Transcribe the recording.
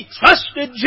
trusted